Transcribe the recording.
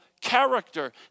character